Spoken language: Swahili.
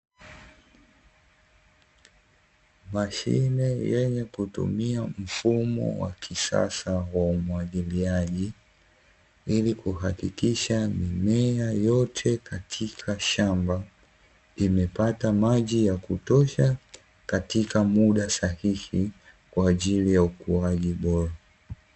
Mashine yenye kutumia mfumo wa kisasa wa umwagiliaji, ili kuhakikisha mimea yote katika shamba imepata maji ya kutosha katika muda sahihi kwa ajili ya ukuaji bora.